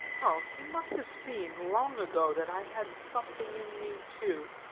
oh, he must have seen long ago that i had something in me, too.